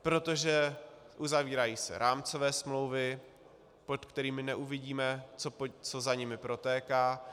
Protože se uzavírají rámcové smlouvy, pod kterými neuvidíme, co za nimi protéká.